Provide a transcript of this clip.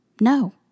No